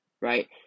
right